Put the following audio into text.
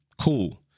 Cool